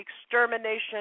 Extermination